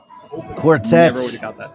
Quartet